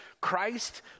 Christ